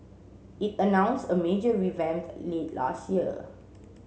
it announced a major revamp late last year